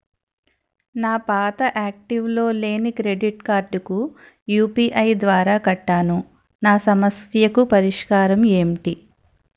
నా పాత యాక్టివ్ లో లేని క్రెడిట్ కార్డుకు యు.పి.ఐ ద్వారా కట్టాను నా సమస్యకు పరిష్కారం ఎంటి?